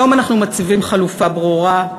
היום אנחנו מציבים חלופה ברורה.